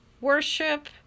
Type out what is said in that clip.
worship